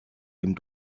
dem